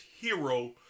hero